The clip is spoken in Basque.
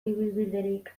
ibilbiderik